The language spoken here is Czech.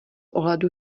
ohledu